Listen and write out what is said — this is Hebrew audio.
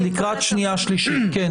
לקראת שנייה-שלישית, תודה.